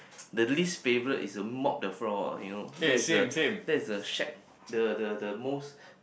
the least favourite is a mop the floor you know that is a that is a shag the the the most